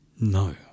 no